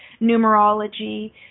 numerology